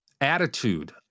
attitude